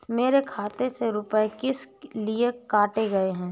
मेरे खाते से रुपय किस लिए काटे गए हैं?